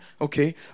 Okay